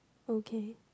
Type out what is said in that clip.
okay